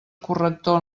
corrector